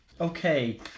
okay